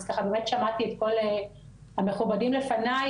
אז באמת שמעתי את כל המכובדים לפניי,